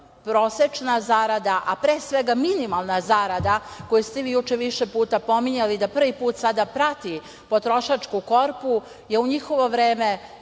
prosečna zarada, a pre svega minimalna zarada koju ste vi juče više puta pominjali, da prvi put sada prati potrošačku korpu, je u njihovo vreme